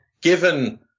given